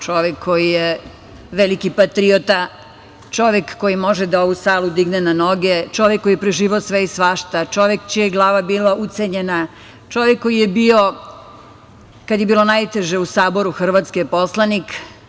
Čovek koji je veliki patriota, čovek koji može ovu salu da digne na noge, čovek koji je preživeo sve i svašta, čovek čija je glava bila ucenjena, čovek koji je bio kada je bilo najteže u Saboru Hrvatske poslanik.